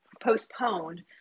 postponed